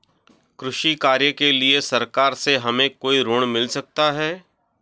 कृषि कार्य के लिए सरकार से हमें कोई ऋण मिल सकता है?